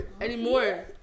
anymore